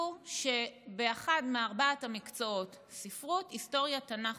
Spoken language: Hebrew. שבאחד מארבעת המקצועות, ספרות, היסטוריה, תנ"ך